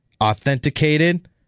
authenticated